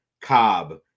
Cobb